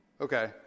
Okay